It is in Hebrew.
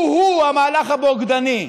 הוא-הוא המהלך הבוגדני.